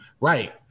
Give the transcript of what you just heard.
right